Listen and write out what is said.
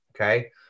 Okay